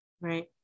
Right